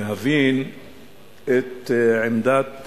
מהי עמדת